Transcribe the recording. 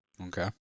Okay